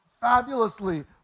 fabulously